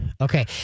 okay